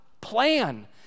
plan